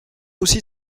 aussi